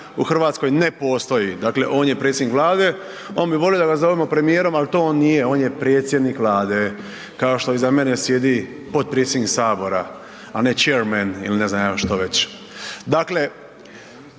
u Hrvatskoj ne postoji, dakle on je predsjednik Vlade, on bi volio da ga zovem premijerom ali to on nije, on je predsjednik Vlade kao što iza mene sjedi potpredsjednik Sabora a ne chairman ili ne znam ja što već. Dakle,